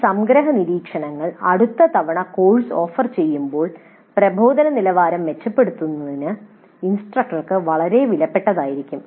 ഈ സംഗ്രഹ നിരീക്ഷണങ്ങൾ അടുത്ത തവണ കോഴ്സ് ഓഫർ ചെയ്യുമ്പോൾ പ്രബോധന നിലവാരം മെച്ചപ്പെടുത്തുന്നതിന് ഇൻസ്ട്രക്ടർക്ക് വളരെ വിലപ്പെട്ടതായിരിക്കും